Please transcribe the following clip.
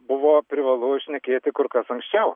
buvo privalu šnekėti kur kas anksčiau